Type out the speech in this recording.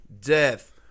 Death